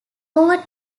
over